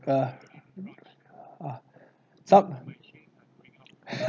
uh uh some